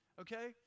okay